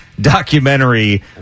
documentary